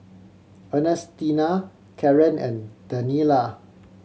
Ernestina Karen and Daniela